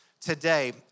today